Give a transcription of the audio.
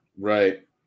Right